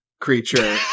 creature